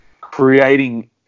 creating